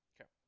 Okay